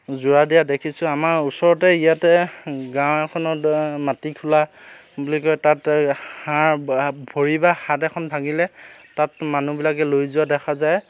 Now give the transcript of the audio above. জোৰা দিয়া দেখিছোঁ আমাৰ ওচৰতে ইয়াতে গাঁও এখনত মাটি খোলা বুলি কয় তাত হাঁড় বা ভৰি বা হাত এখন ভাঙিলে তাত মানুহবিলাকে লৈ যোৱা দেখা যায়